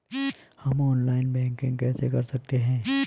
हम online banking कैसे कर सकते हैं?